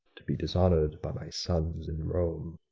to be dishonoured by my sons in rome!